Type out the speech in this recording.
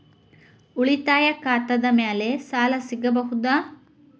ಉಳಿತಾಯ ಖಾತೆದ ಮ್ಯಾಲೆ ಸಾಲ ಸಿಗಬಹುದಾ?